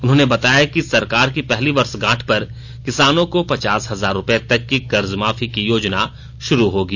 उन्होंने बताया कि सरकार की पहली वर्षगांठ पर किसानों को पचास हजार रूपये तक की कर्ज माफी की योजना शुरू होगी